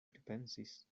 pripensis